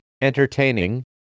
entertaining